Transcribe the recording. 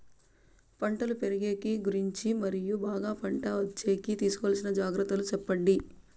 పంటలు పెరిగేకి గురించి మరియు బాగా పంట వచ్చేకి తీసుకోవాల్సిన జాగ్రత్త లు సెప్పండి?